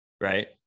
right